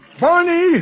Barney